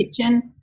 kitchen